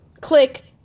click